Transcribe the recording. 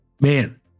Man